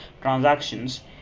transactions